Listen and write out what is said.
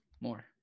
more